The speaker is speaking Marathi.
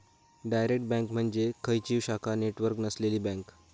डायरेक्ट बँक म्हणजे खंयचीव शाखा नेटवर्क नसलेली बँक